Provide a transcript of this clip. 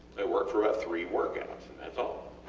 they work for about three workouts and thats all.